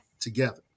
together